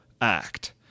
act